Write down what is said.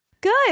Good